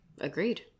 agreed